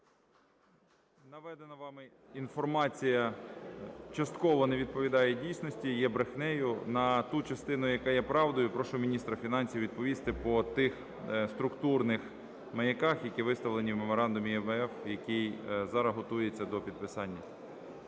Наведена вами інформація частково не відповідає дійсності, є брехнею. На ту частину, яка є правдою, прошу міністра фінансів відповісти по тих структурних маяках, які виставлені в меморандумі МВФ, який зараз готується до підписання.